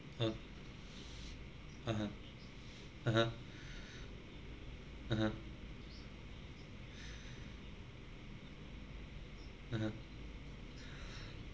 uh (uh huh) (uh huh) (uh huh) (uh huh)